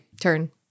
turn